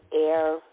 air